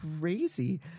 crazy